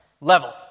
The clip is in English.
level